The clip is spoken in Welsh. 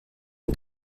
ein